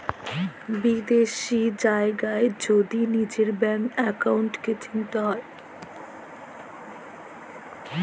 বিদ্যাশি জায়গার যদি লিজের ব্যাংক একাউল্টকে চিলতে হ্যয়